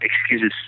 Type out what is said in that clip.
excuses